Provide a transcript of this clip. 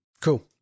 Cool